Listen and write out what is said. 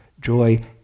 Joy